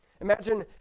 Imagine